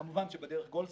כמובן שבדרך גולדסטון,